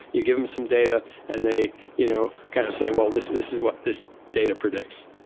you give them some data and they you know kind of say, well this this is what this data predicts,